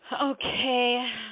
Okay